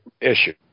issue